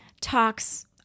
talks